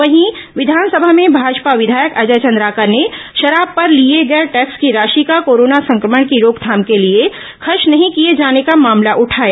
वहीं विधानसभा में भाजपा विधायक अजय चंद्राकर ने शराब पर लिए गए टैक्स की राशि का कोरोना संक्रमण की रोकथाम के लिए खर्च नहीं किए जाने का मामला उठाया